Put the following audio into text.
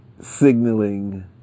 signaling